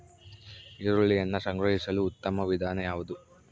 ಈರುಳ್ಳಿಯನ್ನು ಸಂಗ್ರಹಿಸಲು ಉತ್ತಮ ವಿಧಾನ ಯಾವುದು?